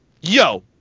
Yo